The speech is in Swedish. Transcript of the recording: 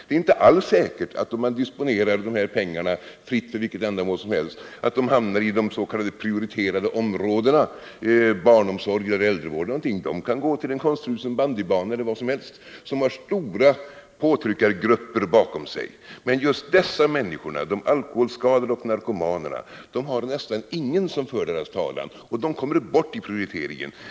Det är inte alls säkert, om man disponerar dessa pengar fritt för vilket ändamål som helst, att de hamnar i de s.k. prioriterade områdena, t.ex. barnomsorg eller äldrevård. De kan gå till en konstfrusen bandybana eller vad som helst som har stora påtryckargrupper bakom sig. Men just dessa människor, de alkoholskadade och narkomanerna, har nästan ingen som för deras talan. De kommer bort i prioriteringen.